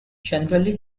generally